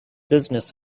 business